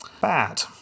Bad